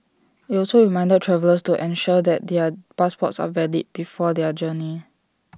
IT also reminded travellers to ensure that their passports are valid before their journey